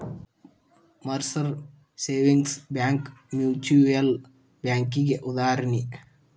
Mercer savings bank mutual ಬ್ಯಾಂಕಿಗಿ ಉದಾಹರಣಿ